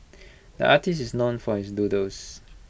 the artist is known for his doodles